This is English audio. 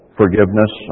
forgiveness